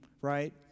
right